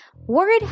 Word